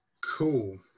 Cool